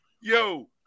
Yo